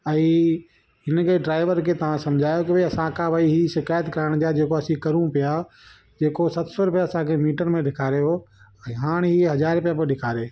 ऐं हिनखे ड्राइवर खे तव्हां सम्झायो कि भई असांखा भई हीउ शिकाइत करण जा जेको असी करूं पिया जेको सत सौ रुपया असांखे मीटर में ॾेखारे उहो ऐं हाणे हीअं हज़ार रुपया पोइ ॾेखारे